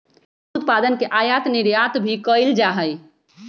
दुध उत्पादन के आयात निर्यात भी कइल जा हई